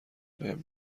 بهم